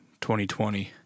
2020